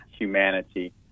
humanity